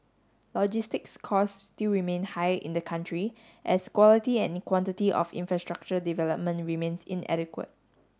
logistics costs still remain high in the country as quality and quantity of infrastructure development remains inadequate